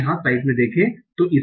तो इसे P ti